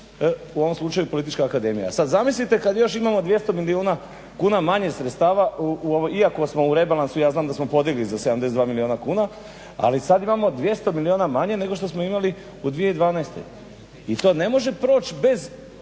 …/Govornik se ne razumije./… akademije, a sad zamislite kad još imamo 200 milijuna kuna manje sredstava iako smo u rebalansu ja znam da smo podigli za 72 milijuna kuna. Ali sad imamo 200 milijuna manje nego što smo imali u 2012. I to ne može proć bez